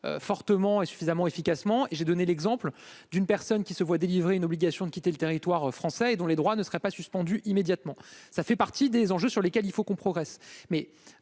fortement et suffisamment efficacement et j'ai donné l'exemple d'une personne qui se voit délivrer une obligation de quitter le territoire français et dont les droits ne sera pas suspendu immédiatement, ça fait partie des enjeux sur lesquels il faut qu'on progresse,